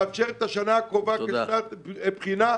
צריך לאפשר שהשנה הקרובה תהיה שנת בחינה,